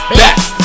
back